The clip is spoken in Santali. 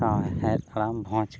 ᱥᱟᱶᱦᱮᱫ ᱟᱲᱟᱝ ᱵᱷᱚᱡᱽ